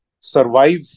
Survive